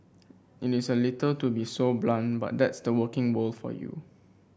a little to be so blunt but that's the working world for you